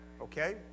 Okay